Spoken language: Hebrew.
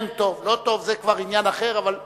כן טוב, לא טוב, זה כבר עניין אחר, אבל מובן.